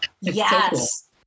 Yes